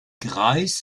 greis